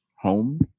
home